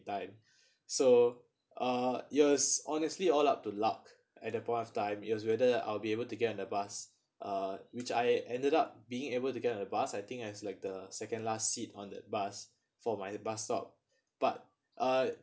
in time so uh it was honestly all up to luck at that point of time it was whether I'll be able to get on a bus uh which I ended up being able to get on a bus I think I was like the second last seat on the bus for my bus stop but uh